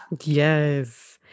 yes